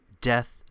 death